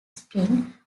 spring